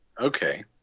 okay